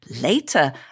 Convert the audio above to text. later